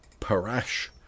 Parash